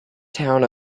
town